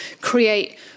create